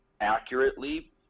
accurately